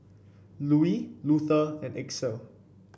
Louie Luther and Axel